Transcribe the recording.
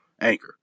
Anchor